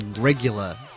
regular